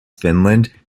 finland